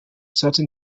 certain